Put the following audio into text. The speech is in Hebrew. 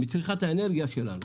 מתוך צריכת האנרגיה שלנו.